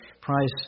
price